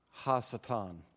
Hasatan